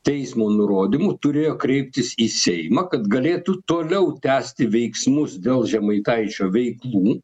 teismo nurodymu turėjo kreiptis į seimą kad galėtų toliau tęsti veiksmus dėl žemaitaičio veiklų